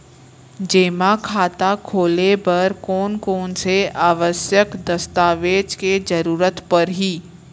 जेमा खाता खोले बर कोन कोन से आवश्यक दस्तावेज के जरूरत परही?